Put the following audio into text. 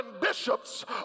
bishops